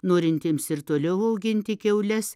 norintiems ir toliau auginti kiaules